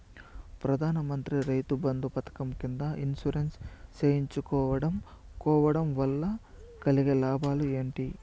ప్రధాన మంత్రి రైతు బంధు పథకం కింద ఇన్సూరెన్సు చేయించుకోవడం కోవడం వల్ల కలిగే లాభాలు ఏంటి?